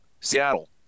Seattle